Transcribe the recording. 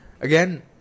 Again